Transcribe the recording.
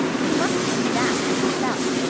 you must do that for yourself.